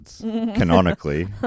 canonically